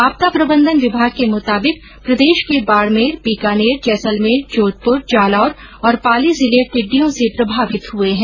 आपदा प्रबंधन विभाग के मुताबिक प्रदेश के बाडमेर बीकानेर जैसलमेर जोधपुर जालोर और पाली जिले टिडिंडयों से प्रभावित हुए है